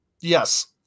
Yes